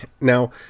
Now